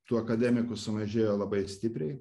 tų akademikų sumažėjo labai stipriai